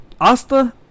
Asta